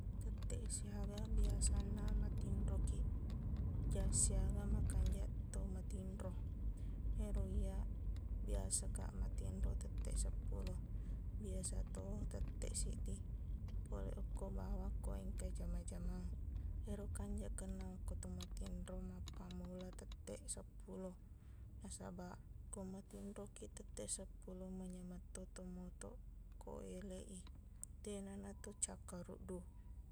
Tetteq siaga biasanna matinrokiq jang siaga makanjaq tomatinro ero iyaq biasakaq matinro tetteq seppulo biasato tetteq siddi pole okko bawang ko engkai jama-jamang ero kanjaq kennang ko tomatinro mappammula tetteq seppulo nasabaq ko matinrokiq tetteq seppulo menyametto tomotoq ko eleq i deqna na tocakkarudduq